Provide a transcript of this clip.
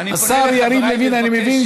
השר יריב לוין, אני מבין